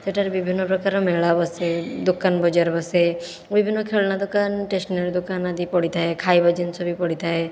ସେଠାରେ ବିଭିନ୍ନ ପ୍ରକାର ମେଳା ବସେ ଦୋକାନ ବଜାର ବସେ ବିଭିନ୍ନ ଖେଳନା ଦୋକାନ ଷ୍ଟେସନାରୀ ଦୋକାନ ଆଦି ପଡ଼ିଥାଏ ଖାଇବା ଜିନିଷ ବି ପଡ଼ିଥାଏ